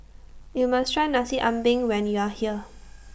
YOU must Try Nasi Ambeng when YOU Are here